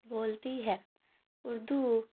بولتی ہے اردو